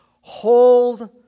hold